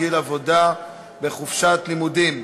גיל עבודה בחופשת לימודים),